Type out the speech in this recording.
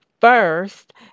first